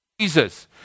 Jesus